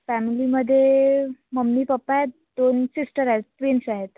फॅमिलीमध्ये mummy papa आहेत दोन सिस्टर आहेत ट्विन्स आहेत